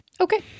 Okay